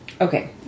Okay